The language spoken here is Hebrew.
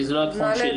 כי זה לא התחום שלי,